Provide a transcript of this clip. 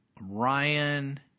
Ryan